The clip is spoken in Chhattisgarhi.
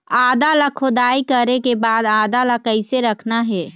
आदा ला खोदाई करे के बाद आदा ला कैसे रखना हे?